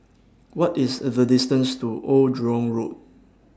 What IS The distance to Old Jurong Road